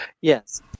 Yes